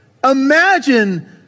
Imagine